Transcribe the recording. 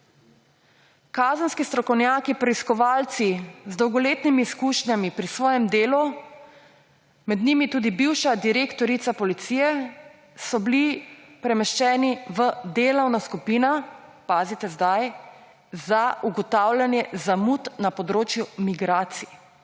Kazenski strokovnjaki preiskovalci z dolgoletnimi izkušnjami pri svojem delu, med njimi tudi bivša direktorica policije, so bili premeščeni v delovno skupino, pazite sedaj, za ugotavljanje zamud na področju migracij.